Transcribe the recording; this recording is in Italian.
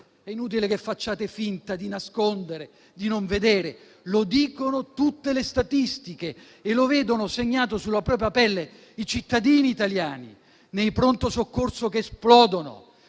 è inutile che facciate finta di nascondere e di non vedere. Lo dicono tutte le statistiche e lo vedono segnato sulla propria pelle i cittadini italiani: nelle strutture di pronto soccorso che esplodono,